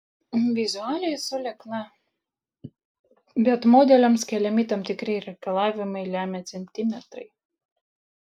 vizualiai esu liekna bet modeliams keliami tam tikri reikalavimai lemia centimetrai